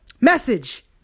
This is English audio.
Message